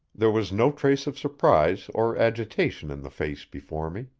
there was no trace of surprise or agitation in the face before me.